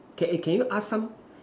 can eh can you ask some